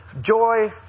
Joy